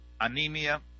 anemia